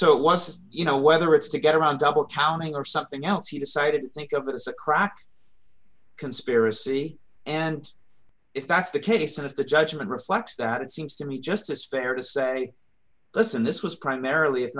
was you know whether it's to get around double counting or something else he decided think of this a crack conspiracy and if that's the case if the judgment reflects that it seems to me just as fair to say listen this was primarily